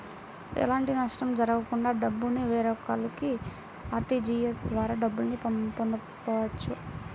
ఎలాంటి నష్టం జరగకుండా డబ్బుని వేరొకల్లకి ఆర్టీజీయస్ ద్వారా డబ్బుల్ని పంపొచ్చు